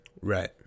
right